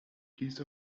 piece